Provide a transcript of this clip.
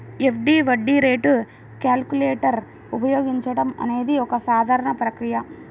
FD వడ్డీ rate calculator ఉపయోగించడం అనేది ఒక సాధారణ ప్రక్రియ